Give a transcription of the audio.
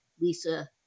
Lisa